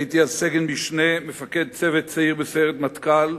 הייתי אז סגן משנה, מפקד צוות צעיר בסיירת מטכ"ל.